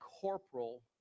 corporal